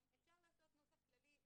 אפשר לעשות נוסח כללי.